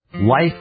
life